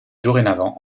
dorénavant